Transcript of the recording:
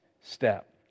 step